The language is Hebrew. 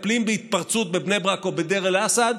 ובהתפרצות בבני ברק או בדיר אל-אסד,